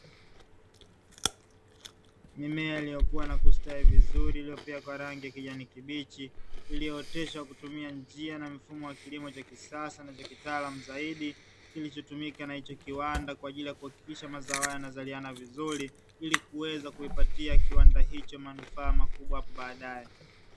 Mimea iliyokua na kustawi vizuri iliyopea kwa rangi ya kijani kibichi, iliyooteshwa na kutumia njia na mfumo wa kilimo cha kisasa na kitaalamu zaidi, kilichotumika na hicho kiwanda, kwa ajili ya kuhakikisha mazao haya yanazaliana vizuri, ili kuweza kuipatia kiwanda hicho manufaa makubwa hapo baadae.